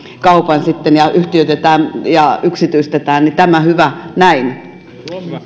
kaupan ja yhtiöitetään ja yksityistetään eli tämä hyvä näin